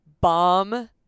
bomb